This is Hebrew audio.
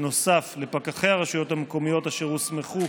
לפקחי הרשויות המקומיות אשר הוסמכו